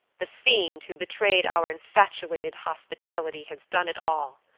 the fiend who betrayed our infatuated hospitality has done it all.